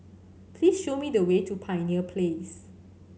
please show me the way to Pioneer Place